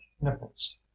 nipples